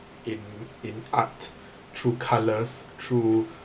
in in art through colours through